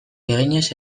eginez